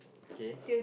okay